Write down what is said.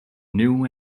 new